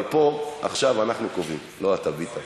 אבל פה עכשיו אנחנו קובעים, לא אתה, ביטן.